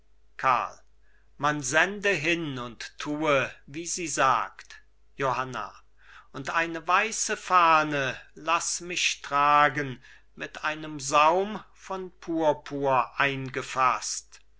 man sende hin und tue wie sie sagt johanna und eine weiße fahne laß mich tragen mit einem saum von purpur eingefaßt